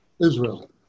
Israel